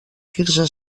quirze